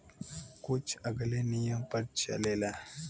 कुछ अलगे नियम पर चलेला